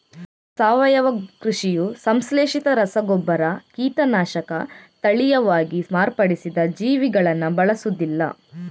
ಸಾವಯವ ಕೃಷಿಯು ಸಂಶ್ಲೇಷಿತ ರಸಗೊಬ್ಬರ, ಕೀಟನಾಶಕ, ತಳೀಯವಾಗಿ ಮಾರ್ಪಡಿಸಿದ ಜೀವಿಗಳನ್ನ ಬಳಸುದಿಲ್ಲ